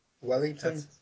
Wellington